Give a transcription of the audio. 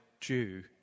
Jew